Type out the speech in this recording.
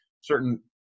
certain